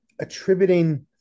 attributing